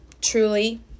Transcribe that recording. truly